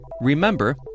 remember